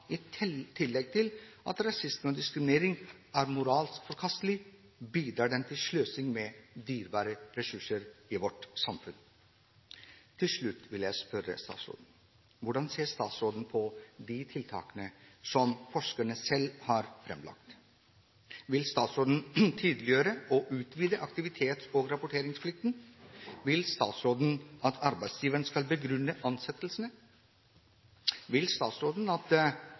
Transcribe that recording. I tillegg til at rasisme og diskriminering er moralsk forkastelig, bidrar det til sløsing med dyrebare ressurser i vårt samfunn. Til slutt vil jeg spørre: Hvordan ser statsråden på de tiltakene som forskerne selv har framlagt? Vil statsråden tydeliggjøre og utvide aktivitets- og rapporteringsplikten? Vil statsråden at arbeidsgiveren skal begrunne ansettelsene? Vil statsråden